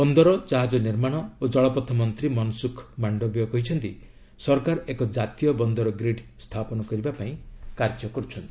ବନ୍ଦର ଜାହାଜ ନିର୍ମାଣ ଓ ଜଳପଥ ମନ୍ତ୍ରୀ ମନସୁଖ ମାଣ୍ଡବିୟ କହିଛନ୍ତି ସରକାର ଏକ ଜାତୀୟ ବନ୍ଦର ଗ୍ରୀଡ୍ ସ୍ଥାପନ ପାଇଁ କାର୍ଯ୍ୟ କରୁଛନ୍ତି